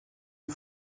une